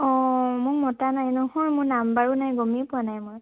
অঁ মোক মতা নাই নহয় মোৰ নাম্বাৰো নাই গমে পোৱা নাই মই